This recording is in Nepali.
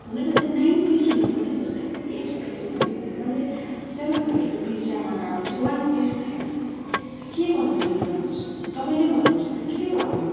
हुनु त त्यो नाइन पिस हुनुपर्ने तर त्यहाँनिर एट पिस मात्रै थियो मैले सेभेन हन्ड्रेडको पिज्जा मगाएको चाहिँ वान पिस थिएन के भन्नु यो भन्नुहोस् तपाईँ नै भन्नुहोस् त के भएको यो